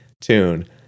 tune